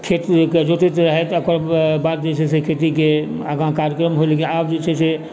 खेतकेँ जोतैत रहै तऽ ओकर बाद जे छै से खेतीके आगा कार्यक्रम